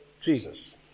Jesus